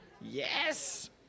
Yes